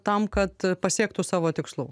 tam kad pasiektų savo tikslų